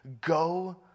go